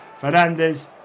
Fernandes